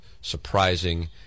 surprising